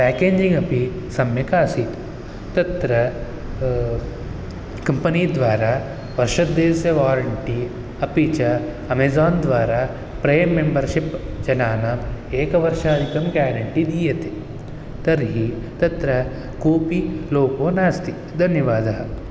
packaging अपि सम्यकासीत् तत्र कम्पनीद्वारा वर्षद्वयस्य वारण्टि अपि च अमेजान् द्वारा प्रैम् मेम्बर्शिप् जनानाम् एकवर्षादिकं गारण्टि दीयते तर्हि तत्र कोपि लोपो नास्ति धन्यवादः